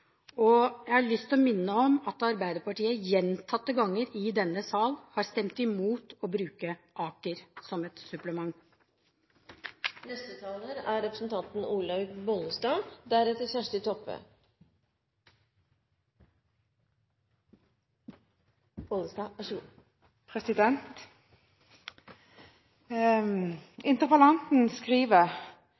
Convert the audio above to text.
Jeg har lyst til å minne om at Arbeiderpartiet gjentatte ganger i denne sal har stemt imot å bruke Aker som et supplement. Interpellanten skriver: «Det er